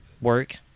work